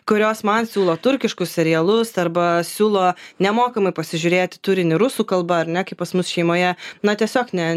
kurios man siūlo turkiškus serialus arba siūlo nemokamai pasižiūrėti turinį rusų kalba ar ne kaip pas mus šeimoje na tiesiog ne